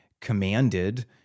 commanded